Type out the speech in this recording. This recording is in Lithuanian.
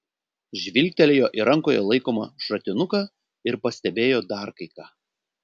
žvilgtelėjo į rankoje laikomą šratinuką ir pastebėjo dar kai ką